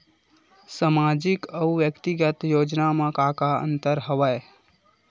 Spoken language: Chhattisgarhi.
सामाजिक अउ व्यक्तिगत योजना म का का अंतर हवय?